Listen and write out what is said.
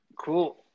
Cool